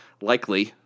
likely